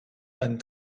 einen